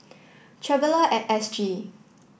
traveller at S G